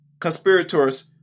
conspirators